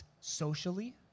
socially